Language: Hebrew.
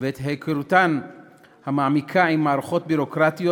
ואת היכרותן המעמיקה עם מערכות ביורוקרטיות,